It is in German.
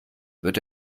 wird